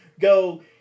go